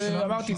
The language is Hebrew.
אמרתי,